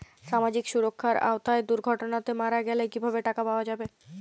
সামাজিক সুরক্ষার আওতায় দুর্ঘটনাতে মারা গেলে কিভাবে টাকা পাওয়া যাবে?